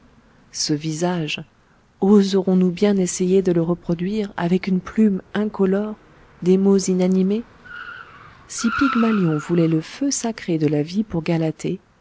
ce visage oserons nous bien essayer de le reproduire avec une plume incolore des mots inanimés si pygmalion voulait le feu sacré de la vie pour galatée